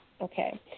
okay